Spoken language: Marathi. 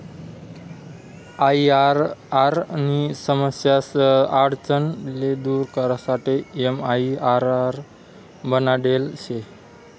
आईआरआर नी समस्या आडचण ले दूर करासाठे एमआईआरआर बनाडेल शे